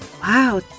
Wow